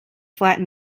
flat